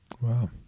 Wow